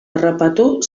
harrapatu